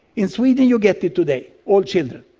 in sweden you get it today, all children.